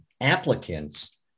applicants